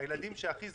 הילדים שהכי זקוקים.